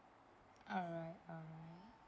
alright alright